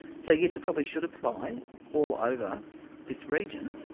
so yes, it probably should apply all over this region,